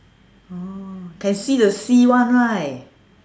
orh can see the sea one right